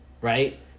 right